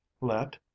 Let